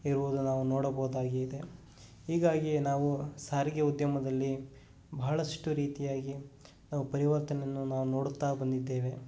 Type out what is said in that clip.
ಇರುವುದು ನಾವು ನೋಡಬಹುದಾಗಿದೆ ಹೀಗಾಗಿ ನಾವು ಸಾರಿಗೆ ಉದ್ಯಮದಲ್ಲಿ ಬಹಳಷ್ಟು ರೀತಿಯಾಗಿ ನಾವು ಪರಿವರ್ತನೆಯನ್ನು ನಾವು ನೋಡುತ್ತಾ ಬಂದಿದ್ದೇವೆ